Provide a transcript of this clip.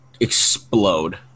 explode